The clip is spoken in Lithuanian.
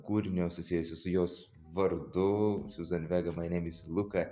kūrinio susijusio su jos vardu siuzan veg mai neim iz luka